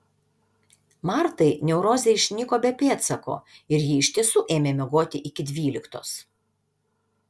martai neurozė išnyko be pėdsako ir ji iš tiesų ėmė miegoti iki dvyliktos